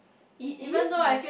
it is used to be